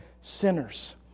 sinners